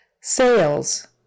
Sales